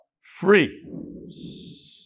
free